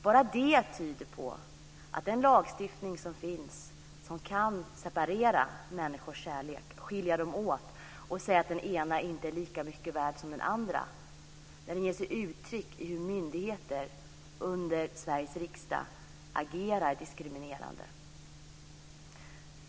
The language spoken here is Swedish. Bara detta tyder på att den lagstiftning som finns kan separera människors kärlek, skilja dem åt och säga att den ena inte är lika mycket värd som den andra, vilket tar sig uttryck i hur myndigheter agerar diskriminerande.